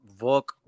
work